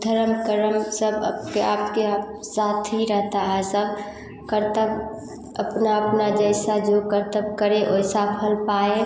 धर्म कर्म सब के आप के आप साथ ही रहता है सब कर्तव्य अपना अपना जैसा जो कर्तव्य करे वैसा फल पाए